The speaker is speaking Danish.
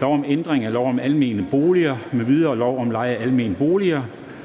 lov om ændring af lov om almene boliger m.v. og lov om leje af almene boliger